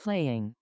Playing